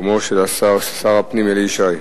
במקומו של שר הפנים אלי ישי.